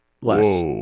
Less